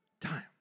time